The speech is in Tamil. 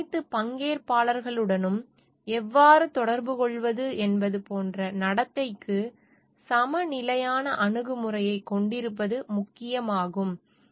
இந்த அனைத்து பங்கேற்பாளர்களுடனும் எவ்வாறு தொடர்புகொள்வது என்பது போன்ற நடத்தைக்கு சமநிலையான அணுகுமுறையைக் கொண்டிருப்பது முக்கியம் ஆகும்